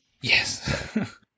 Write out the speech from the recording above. yes